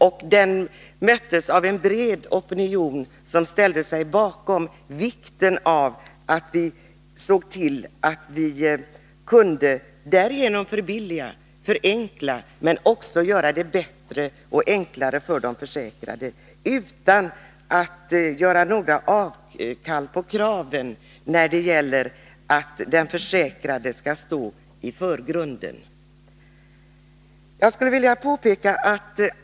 Den möttes av en bred opinion, som ställde sig bakom uppfattningen att det är mycket viktigt att se till att förbilliga och förenkla administrationen — men också att göra det enklare för de försäkrade - utan att göra något avkall på kravet att den försäkrade skall stå i förgrunden.